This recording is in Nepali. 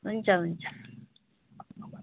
हुन्छ हुन्छ